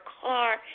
car